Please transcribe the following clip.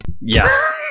Yes